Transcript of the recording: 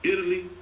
Italy